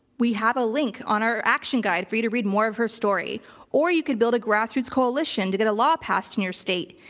we have a link on our action guide for you to read more of her story or you could build a grassroots coalition to get a law passed in your state.